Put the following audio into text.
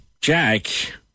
Jack